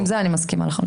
עם זה אני מסכימה לחלוטין.